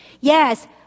Yes